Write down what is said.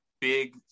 big